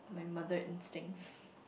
my mother instincts